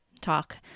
talk